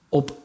op